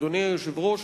אדוני היושב-ראש,